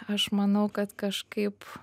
aš manau kad kažkaip